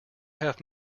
have